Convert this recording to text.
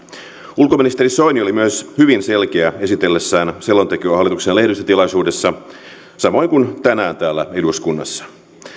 ulkoministeri soini oli myös hyvin selkeä esitellessään selontekoa hallituksen lehdistötilaisuudessa samoin kuin tänään täällä eduskunnassa